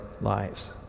lives